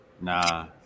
Nah